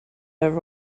are